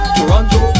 Toronto